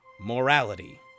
Morality